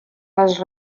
les